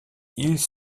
ils